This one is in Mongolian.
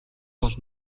бол